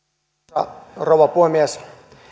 arvoisa rouva puhemies